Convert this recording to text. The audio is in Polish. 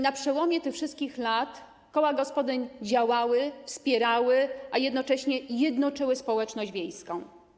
Na przełomie tych wszystkich lat koła gospodyń działały, wspierały, a jednocześnie jednoczyły społeczność wiejską.